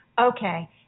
okay